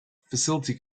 facility